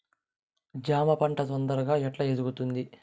జామ పంట తొందరగా ఎట్లా ఎదుగుతుంది?